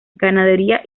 ganadería